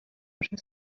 outer